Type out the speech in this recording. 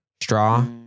straw